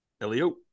elio